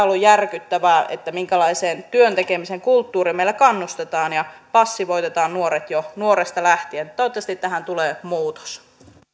ollut järkyttävää minkälaiseen työn tekemisen kulttuuriin meillä kannustetaan ja passivoitetaan nuoret jo nuoresta lähtien toivottavasti tähän tulee muutos